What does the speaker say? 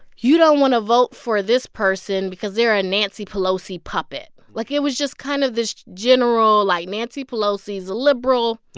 you don't want to vote for this person because they're a nancy pelosi puppet. like, it was just kind of this general, like, nancy pelosi's a liberal,